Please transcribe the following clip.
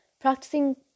practicing